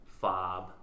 fob